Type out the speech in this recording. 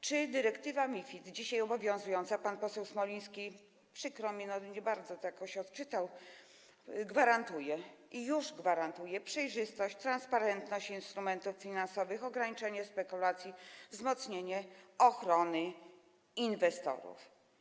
Czy dyrektywa MiFID dzisiaj obowiązująca - pan poseł Smoliński, przykro mi, nie bardzo to jakoś odczytał - gwarantuje, już gwarantuje przejrzystość, transparentność instrumentów finansowych, ograniczenie spekulacji, wzmocnienie ochrony inwestorów?